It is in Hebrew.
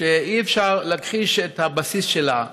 שאי-אפשר להכחיש את הבסיס שלה,